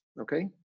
Okay